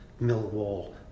Millwall